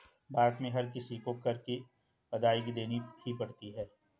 भारत में हर किसी को कर की अदायगी देनी ही पड़ती है